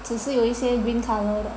只是有一些 green color 的